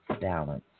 balance